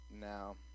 now